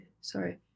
sorry